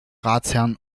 ratsherrn